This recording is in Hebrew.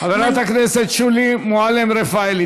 חברת הכנסת שולי מועלם-רפאלי,